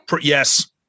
Yes